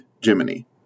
Jiminy